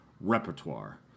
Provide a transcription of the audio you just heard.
repertoire